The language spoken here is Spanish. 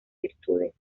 virtudes